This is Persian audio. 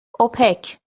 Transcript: اوپک